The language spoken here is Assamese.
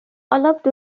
অলপ